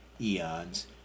eons